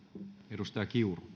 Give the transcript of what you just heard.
arvoisa